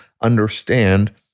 understand